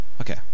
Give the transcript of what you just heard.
Okay